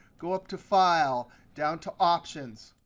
go up to file, down to options,